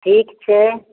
ठीक छै